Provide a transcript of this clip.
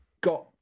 got